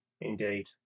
Indeed